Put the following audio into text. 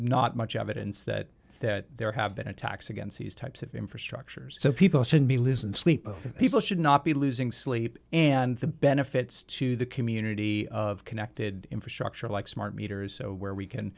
not much evidence that that there have been attacks against these types of infrastructures so people should be listened sleep people should not be losing sleep and the benefits to the community of connected infrastructure like smart meters so where we can